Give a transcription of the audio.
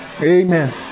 Amen